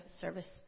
service